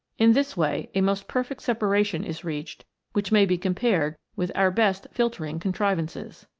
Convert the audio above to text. in this way a most perfect separation is reached which may be compared with our best filtering contrivances.